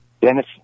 Dennis